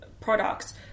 products